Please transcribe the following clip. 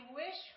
wish